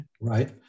Right